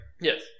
Yes